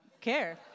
care